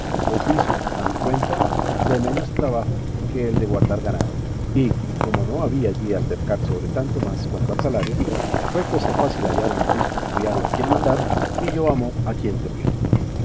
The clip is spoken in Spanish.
oficio a mi cuenta de menos trabajo que el de guardar ganado y como no había allí altercar sobre tanto más cuanto al salario fue cosa fácil hallar el morisco criado a quien mandar y yo amo a quien servir